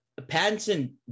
Pattinson